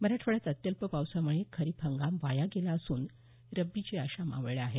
मराठवाड्यात अत्यल्प पावसामुळे खरीप हंगाम वाया गेला असून रबी अशा मावळल्या आहेत